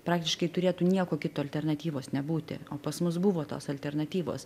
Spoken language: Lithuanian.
praktiškai turėtų nieko kito alternatyvos nebūti o pas mus buvo tos alternatyvos